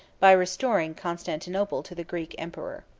by restoring constantinople to the greek emperor.